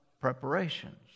preparations